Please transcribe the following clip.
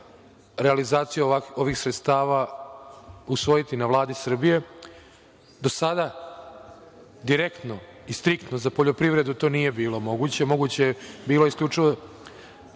realizaciju ovih sredstava usvojiti na Vladi Srbije. Do sada direktno i striktno za poljoprivredu to nije bilo moguće. Moguće je bilo isključivo